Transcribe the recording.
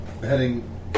Heading